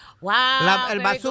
Wow